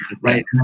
right